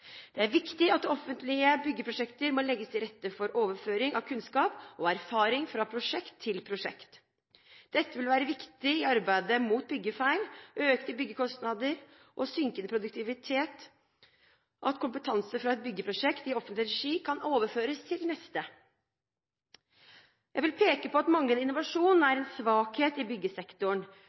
Det er viktig at det i offentlige byggeprosjekter må legges til rette for overføring av kunnskap og erfaringer fra prosjekt til prosjekt. Det vil være viktig i arbeidet for å hindre byggefeil, økte byggekostnader og synkende produktivitet at kompetanse fra et byggeprosjekt i offentlig regi kan overføres til neste. Jeg vil peke på at manglende innovasjon er en svakhet i byggesektoren.